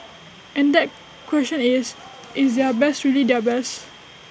and that question is is their best really their best